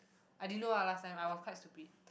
I didn't know ah last time I was quite stupid